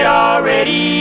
already